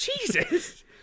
Jesus